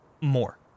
more